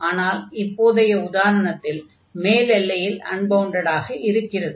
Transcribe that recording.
ஆனால் இப்போதைய உதாரணத்தில் மேல் எல்லையில் அன்பவுண்டடாக இருக்கிறது